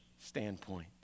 standpoint